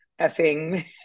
effing